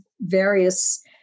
various